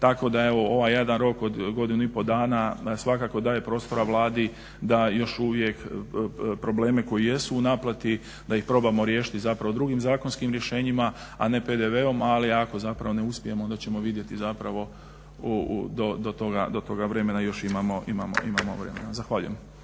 se ne razumije./… od godinu i pol dana svakako daje prostora Vladi da još uvijek probleme koji jesu u naplati da ih probamo riješiti zapravo drugim zakonskim rješenjima a ne PDV-om. Ali ako zapravo ne uspijemo onda ćemo vidjeti zapravo do toga vremena još imamo vremena. Zahvaljujem.